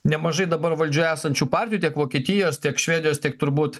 nemažai dabar valdžioje esančių partijų tiek vokietijos tiek švedijos tiek turbūt